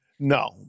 No